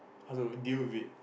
how do you deal with it